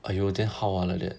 !aiyo! then how ah like that